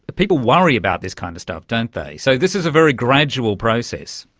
people worry about this kind of stuff, don't they, so this is a very gradual process.